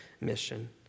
mission